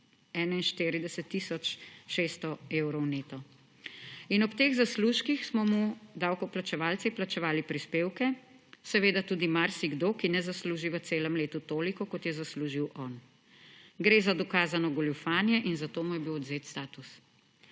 41 tisoč 600 evrov neto. In ob teh zaslužkih smo mu davkoplačevalci plačevali prispevke; seveda tudi marsikdo, ki ne zasluži v celem letu toliko, kot je zaslužil on. Gre za dokazano goljufanje in zato mu je bil odvzet status.